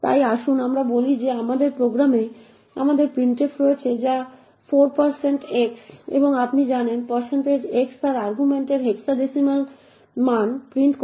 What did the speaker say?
তাই আসুন আমরা বলি যে আমাদের প্রোগ্রামে আমাদের প্রিন্টএফ রয়েছে যা 4 x এবং আপনি জানেন x তার আর্গুমেন্টের হেক্সাডেসিমেল মান প্রিন্ট করে